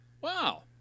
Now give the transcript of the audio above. Wow